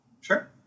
Sure